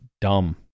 dumb